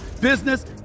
business